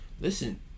Listen